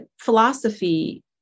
philosophy